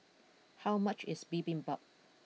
how much is Bibimbap